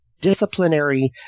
disciplinary